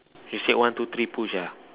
you say one two three push ah